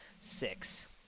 six